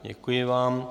Děkuji vám.